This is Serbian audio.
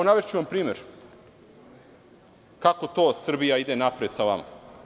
Navešću vam primer kako to Srbija ide napred sa vama.